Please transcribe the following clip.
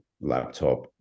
laptop